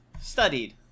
studied